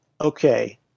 Okay